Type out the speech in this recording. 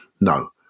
No